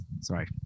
Sorry